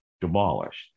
demolished